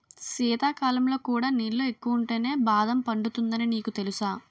శీతాకాలంలో కూడా నీళ్ళు ఎక్కువుంటేనే బాదం పండుతుందని నీకు తెలుసా?